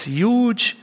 huge